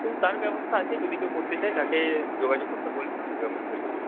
হুম তার ব্যবস্থা আছে যদি কেউ করতে চায় তাকে যোগাযোগ করতে বলবেন ঠিক ব্যবস্থা হয়ে যাবে